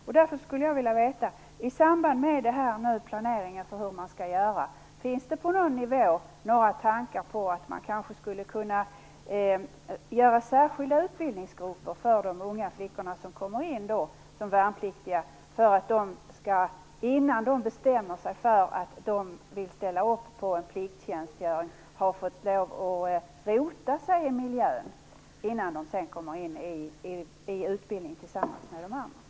Jag skulle vilja veta om det i samband med planeringen för detta på någon nivå finns tankar om att ha särskilda utbildningsgrupper för de unga flickor som kommer in som värnpliktiga. Då kan de innan de bestämmer sig för en plikttjänstgöring och utbildning tillsammans med de andra få möjlighet att rota sig i miljön.